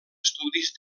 estudis